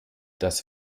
das